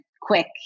quick